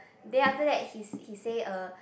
then after that he's he say uh